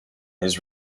his